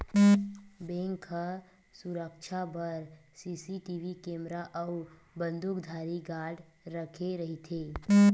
bank ह सुरक्छा बर सीसीटीवी केमरा अउ बंदूकधारी गार्ड राखे रहिथे